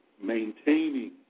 maintaining